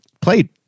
played